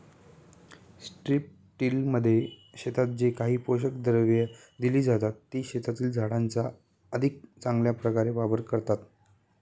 स्ट्रिपटिलमध्ये शेतात जे काही पोषक द्रव्ये दिली जातात, ती शेतातील झाडांचा अधिक चांगल्या प्रकारे वापर करतात